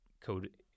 code